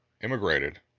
immigrated